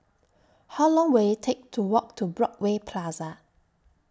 How Long Will IT Take to Walk to Broadway Plaza